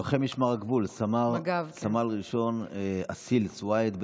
לוחם משמר הגבול סמל ראשון אסיל סואעד,